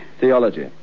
Theology